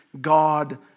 God